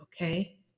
okay